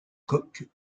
coque